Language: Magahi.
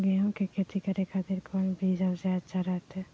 गेहूं के खेती करे खातिर कौन विधि सबसे अच्छा रहतय?